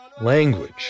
language